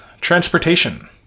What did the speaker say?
Transportation